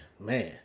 man